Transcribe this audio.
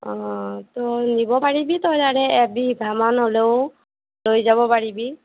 তই নিব পাৰিবি তই ইয়াৰে এবিঘামান হ'লেও লৈ যাব পাৰিবি